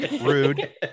rude